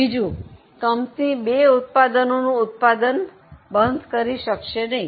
બીજું કંપની 2 ઉત્પાદનોનું ઉત્પાદન બંધ કરી શકશે નહીં